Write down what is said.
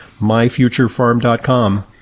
Myfuturefarm.com